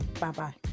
Bye-bye